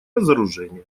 разоружения